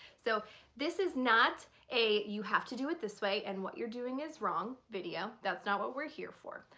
so this is not a you have to do it this way and what you're doing is wrong video. that's not what we're here for.